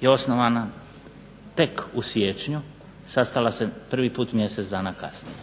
je osnovana tek u siječnju, sastala se prvi put mjesec dana kasnije.